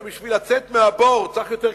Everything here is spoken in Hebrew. שבשביל לצאת מהבור צריך יותר כסף,